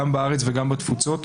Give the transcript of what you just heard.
גם בארץ וגם בתפוצות,